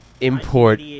import